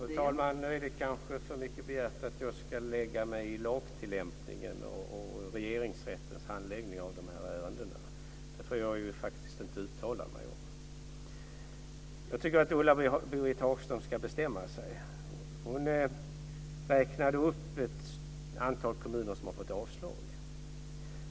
Fru talman! Nu är det kanske för mycket begärt att jag ska lägga mig i lagtillämpningen och Regeringsrättens handläggning av de här ärendena. Det får jag faktiskt inte uttala mig om. Jag tycker att Ulla-Britt Hagström ska bestämma sig. Hon räknade upp ett antal kommuner som har fått avslag.